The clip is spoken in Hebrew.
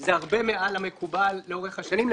זה הרבה מעל המקובל לאורך השנים.